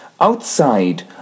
outside